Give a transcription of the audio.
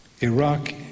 Iraq